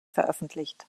veröffentlicht